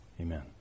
amen